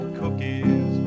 cookies